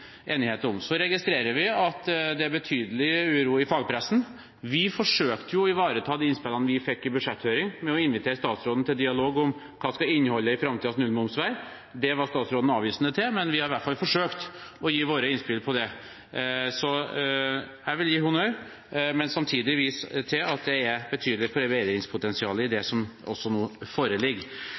Så registrerer vi at det er betydelig uro i fagpressen. Vi forsøkte å ivareta de innspillene vi fikk i budsjetthøring ved å invitere statsråden til dialog om hva innholdet i framtidens nullmoms skal være. Det var statsråden avvisende til, men vi har i hvert fall forsøkt å gi våre innspill på det. Så jeg vil gi honnør, men samtidig vise til at det også er betydelig forbedringspotensial i det som nå foreligger.